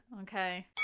okay